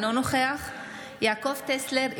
אינו נוכח יעקב טסלר,